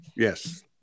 Yes